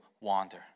wander